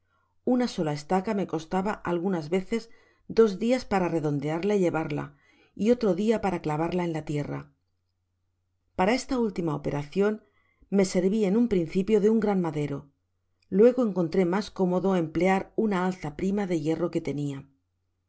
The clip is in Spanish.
una sola estaca me costaba algunas veoes dos dias para redondearla y llevarla y otro dia para clavarla en la tierra para esta última operacion me servi en un principio de un gran madero luego encontré mas cómodo emplear una alza prima de hierro quo tenia a